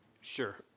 Sure